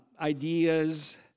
ideas